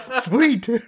Sweet